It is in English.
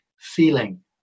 feeling